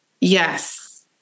yes